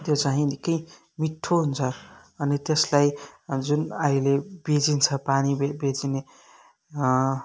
त्यो चाहिँ निकै मिठो हुन्छ अनि त्यसलाई जुन अहिले बेचिन्छ पानी बेचिने